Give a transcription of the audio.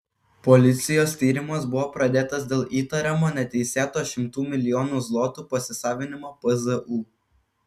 policijos tyrimas buvo pradėtas dėl įtariamo neteisėto šimtų milijonų zlotų pasisavinimo pzu